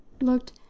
looked